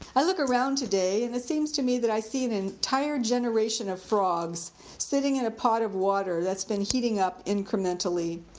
i look around today and it seems to me that i see an entire generation of frogs sitting in a pot of water that's been heating up incrementally.